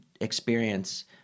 experience